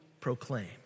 proclaim